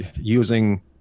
using